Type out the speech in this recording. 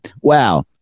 wow